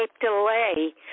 delay